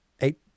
eight